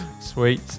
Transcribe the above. Sweet